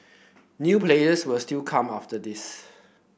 new players will still come after this